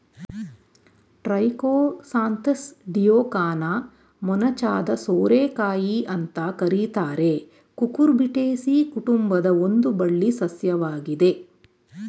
Trichosanthes dioica ಮೊನಚಾದ ಸೋರೆಕಾಯಿ ಅಂತ ಕರೀತಾರೆ ಕುಕುರ್ಬಿಟೇಸಿ ಕುಟುಂಬದ ಒಂದು ಬಳ್ಳಿ ಸಸ್ಯವಾಗಿದೆ